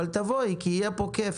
אבל תבואי בהמשך כי יהיה פה כיף,